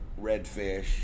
redfish